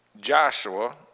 Joshua